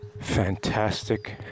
fantastic